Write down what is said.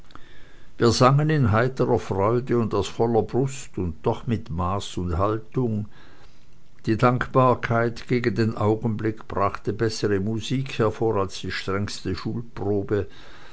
wir sangen in heiterer freude und aus voller brust und doch mit maß und haltung die dankbarkeit gegen den augenblick brachte bessere musik hervor als die strengste schulprobe